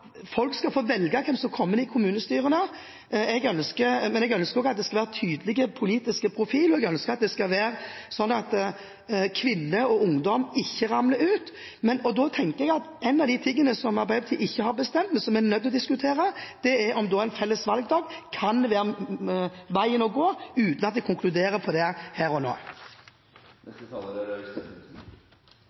folk skal få velge hvem som kommer inn i kommunestyrene, men jeg ønsker også at det skal være en tydelig politisk profil, og jeg ønsker at det skal være slik at kvinner og ungdom ikke ramler ut. Da tenker jeg at en av de tingene som Arbeiderpartiet ikke har bestemt, men som vi er nødt til å diskutere, er om en felles valgdag kan være veien å gå, uten at jeg konkluderer på det her og nå.